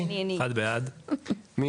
שואבות את